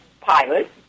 pilot